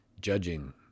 Judging